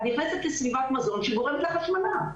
את נכנסת לסביבת מזון שגורמת לך השמנה.